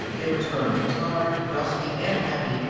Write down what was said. they returned, tired, dusty, and happy,